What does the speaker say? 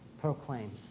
proclaim